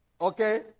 Okay